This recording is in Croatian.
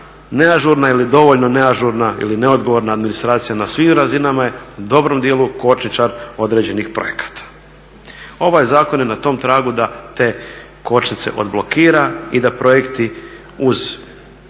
neažurna ili dovoljno neažurna ili neodgovorna administracija na svim razinama je u dobrom dijelu koči čak određenih projekata. Ovaj zakon je na tom tragu da te kočnice odblokira i da projekti uz dobru